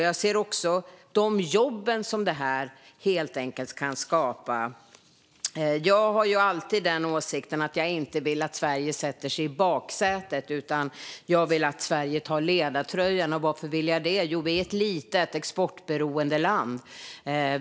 Jag tänker också på de jobb som det här kan skapa. Jag har alltid den åsikten att jag inte vill att Sverige sätter sig i baksätet. Jag vill att Sverige tar ledartröjan. Och varför vill jag det? Jo, för att vi är ett litet, exportberoende land.